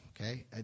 Okay